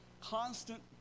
constant